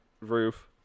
roof